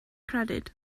credyd